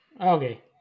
Okay